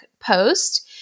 post